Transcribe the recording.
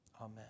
Amen